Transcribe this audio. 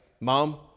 Mom